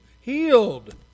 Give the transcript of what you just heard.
healed